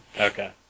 Okay